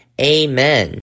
Amen